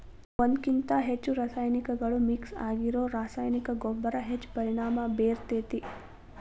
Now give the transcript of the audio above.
ಒಂದ್ಕಕಿಂತ ಹೆಚ್ಚು ರಾಸಾಯನಿಕಗಳು ಮಿಕ್ಸ್ ಆಗಿರೋ ರಾಸಾಯನಿಕ ಗೊಬ್ಬರ ಹೆಚ್ಚ್ ಪರಿಣಾಮ ಬೇರ್ತೇತಿ